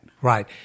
Right